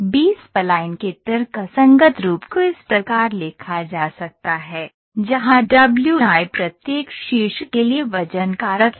B spline के तर्कसंगत रूप को इस प्रकार लिखा जा सकता है जहां w i प्रत्येक शीर्ष के लिए वजन कारक है